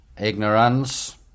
ignorance